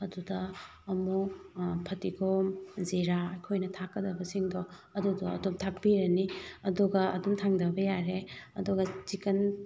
ꯑꯗꯨꯗ ꯑꯃꯨꯛ ꯐꯗꯤꯒꯣꯝ ꯖꯤꯔꯥ ꯑꯩꯈꯣꯏꯅ ꯊꯥꯛꯀꯗꯕꯁꯤꯡꯗꯣ ꯑꯗꯨꯗꯣ ꯑꯗꯨꯝ ꯊꯥꯛꯄꯤꯔꯅꯤ ꯑꯗꯨꯒ ꯑꯗꯨꯝ ꯊꯥꯡꯊꯕ ꯌꯥꯔꯦ ꯑꯗꯨꯒ ꯆꯤꯛꯀꯟ